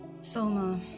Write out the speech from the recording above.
Soma